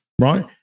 Right